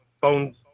phone's